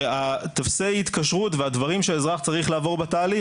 שטופסי ההתקשרות והדברים שהאזרח צריך לעבור בתהליך